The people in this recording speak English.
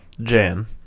Jan